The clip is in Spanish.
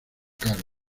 cargo